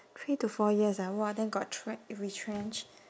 three to four years ah !wah! then got tre~ retrenched